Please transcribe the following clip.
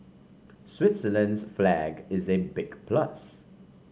Switzerland's flag is a big plus